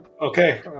Okay